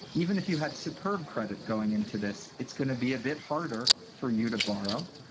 even if you had superb credit going into this it's going to be a bit harder for you to borrow.